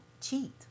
cheat